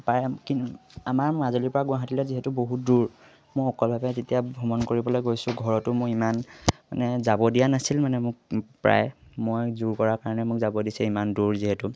প্ৰায় কিন্তু আমাৰ মাজুলীৰপৰা গুৱাহাটীলৈ যিহেতু বহুত দূৰ মই অকলভাৱে তেতিয়া ভ্ৰমণ কৰিবলৈ গৈছোঁ ঘৰতো মোৰ ইমান মানে যাব দিয়া নাছিল মানে মোক প্ৰায় মই জোৰ কৰাৰ কাৰণে মোক যাব দিছে ইমান দূৰ যিহেতু